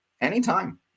Anytime